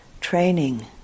training